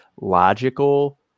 logical